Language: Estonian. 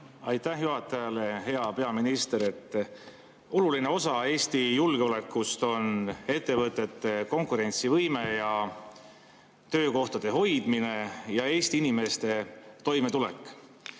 Aitäh juhatajale! Hea peaminister! Oluline osa Eesti julgeolekust on ettevõtete konkurentsivõime ja töökohtade hoidmine ja Eesti inimeste toimetulek.